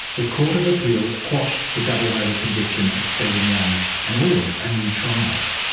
the court of appeal quashed the double murder conviction of stephen young and ordered a new trial.